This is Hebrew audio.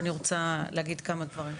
ואני רוצה להגיד כמה דברים.